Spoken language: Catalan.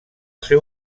seu